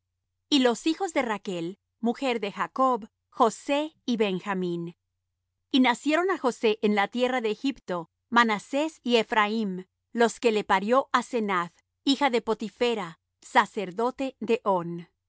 y los hijos de rachl mujer de jacob josé y benjamín y nacieron á josé en la tierra de egipto manasés y ephraim los que le parió asenath hija de potipherah sacerdote de on